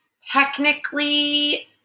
Technically